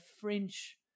French